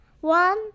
One